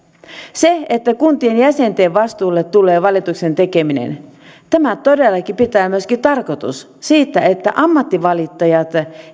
sillä että kuntien jäsenten vastuulle tulee valituksen tekeminen on todellakin myöskin se tarkoitus että ammattivalittajat